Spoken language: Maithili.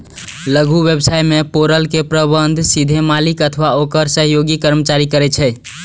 लघु व्यवसाय मे पेरोल के प्रबंधन सीधे मालिक अथवा ओकर सहयोगी कर्मचारी करै छै